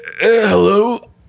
hello